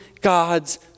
God's